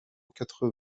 quatre